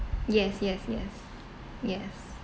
yes yes yes yes